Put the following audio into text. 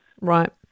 Right